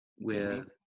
with-